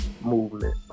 movement